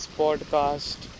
podcast